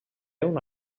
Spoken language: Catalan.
una